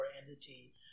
entity